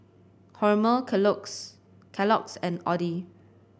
Hormel Kellogg's and Audi